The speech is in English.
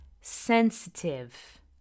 sensitive